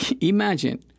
Imagine